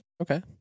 okay